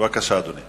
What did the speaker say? בבקשה, אדוני.